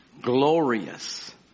glorious